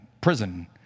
prison